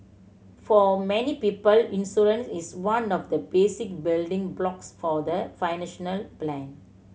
for many people insurance is one of the basic building blocks for the financial plan